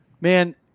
man